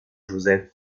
joseph